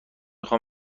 خوام